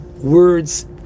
words